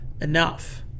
enough